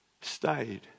stayed